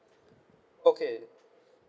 okay